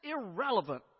irrelevant